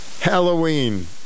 Halloween